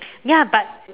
ya but